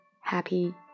happy